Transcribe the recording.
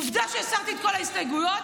עובדה שאישרתי את כל ההסתייגויות,